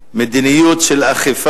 של חבר הכנסת בן-ארי,